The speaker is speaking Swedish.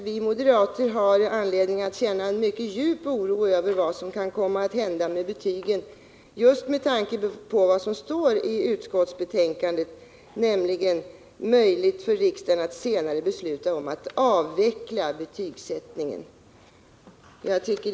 Vi moderater har anledning att känna mycket djup oro över vad som kan komma att hända med betygen just med tanke på vad som står i utskottsbetänkandet, nämligen att det kan bli ”möjligt för riksdagen att senare besluta om att avveckla betygssättningen i grundskolan”.